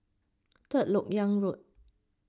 Third Lok Yang Road